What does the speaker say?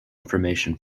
information